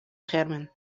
schermen